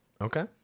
Okay